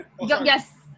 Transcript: yes